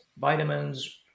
vitamins